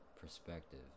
perspective